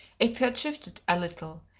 it had shifted a little,